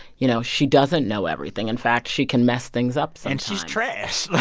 you know, she doesn't know everything. in fact, she can mess things up and she's trash.